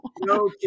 No